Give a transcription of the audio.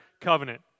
covenant